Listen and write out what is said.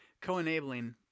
co-enabling